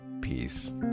peace